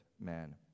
man